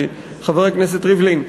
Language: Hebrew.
חבר הכנסת ריבלין,